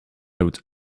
out